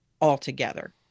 altogether